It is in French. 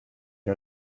est